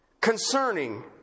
concerning